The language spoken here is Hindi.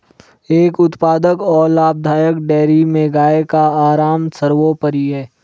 एक उत्पादक और लाभदायक डेयरी में गाय का आराम सर्वोपरि है